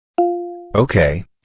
Okay